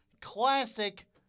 classic